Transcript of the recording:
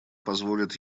позволит